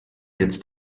jetzt